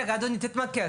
רגע, אדוני, תתמקד.